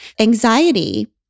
Anxiety